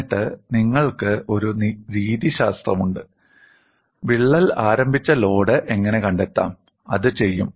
എന്നിട്ട് നിങ്ങൾക്ക് ഒരു രീതിശാസ്ത്രമുണ്ട് വിള്ളൽ ആരംഭിച്ച ലോഡ് എങ്ങനെ കണ്ടെത്താം അത് ചെയ്യും